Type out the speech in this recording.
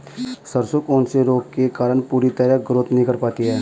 सरसों कौन से रोग के कारण पूरी तरह ग्रोथ नहीं कर पाती है?